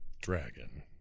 dragon